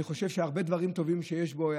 ואני חושב שהרבה דברים טובים שיש בו הוא